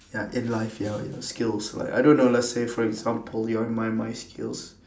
ya in life your your skills like I don't know let's say for example your my mind skills